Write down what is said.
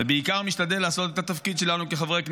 ובעיקר משתדל לעשות את התפקיד שלנו כחברי כנסת,